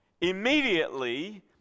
Immediately